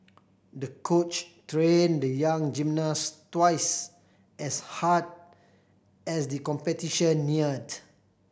the coach trained the young gymnast twice as hard as the competition neared